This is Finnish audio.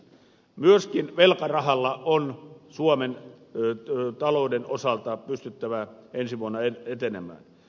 myöskin velkarahalla on suomen talouden osalta pystyttävä ensi vuonna etenemään